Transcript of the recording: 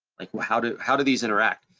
like how do how do these interact?